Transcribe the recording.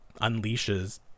unleashes